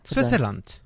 Switzerland